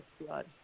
blood